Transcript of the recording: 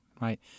right